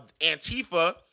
Antifa